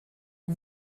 que